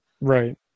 Right